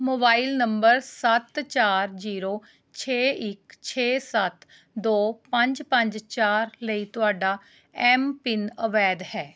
mobile number ਸੱਤ ਚਾਰ zero ਛੇ ਇੱਕ ਛੇ ਸੱਤ ਦੋ ਪੰਜ ਪੰਜ ਚਾਰ ਲਈ ਤੁਹਾਡਾ ਐੱਮ ਪਿੰਨ ਅਵੈਧ ਹੈ